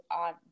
on